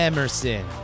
Emerson